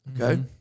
Okay